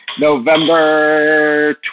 november